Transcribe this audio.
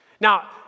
Now